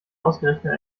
ausgerechnet